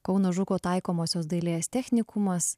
kauno žuko taikomosios dailės technikumas